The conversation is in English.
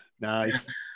Nice